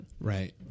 Right